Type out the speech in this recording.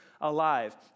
alive